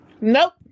Nope